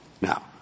Now